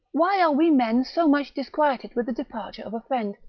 why are we men so much disquieted with the departure of a friend,